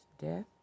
death